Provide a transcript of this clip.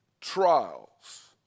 trials